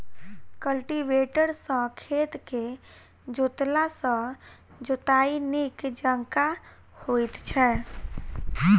cultivator सॅ खेत के जोतला सॅ जोताइ नीक जकाँ होइत छै